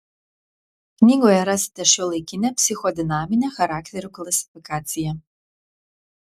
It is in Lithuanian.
knygoje rasite šiuolaikinę psichodinaminę charakterių klasifikaciją